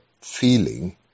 feeling